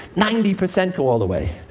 ninety percent go all the way.